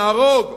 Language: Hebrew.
נהרוג.